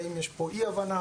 האם יש פה אי הבנה,